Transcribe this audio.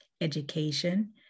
education